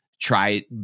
try